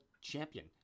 champion